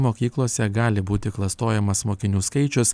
mokyklose gali būti klastojamas mokinių skaičius